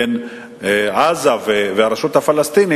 ועוד משא-ומתן,